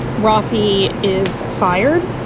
roffey is fired.